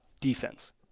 Defense